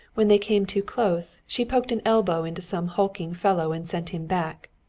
when they came too close she poked an elbow into some hulking fellow and sent him back.